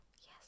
yes